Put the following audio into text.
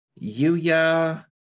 Yuya